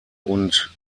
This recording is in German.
und